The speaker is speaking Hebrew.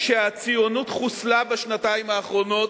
שהציונות חוסלה בשנתיים האחרונות,